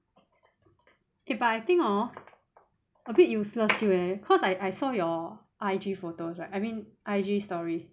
eh but I think hor a bit useless still eh cause I I saw your I_G photos right I mean I_G story